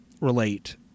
relate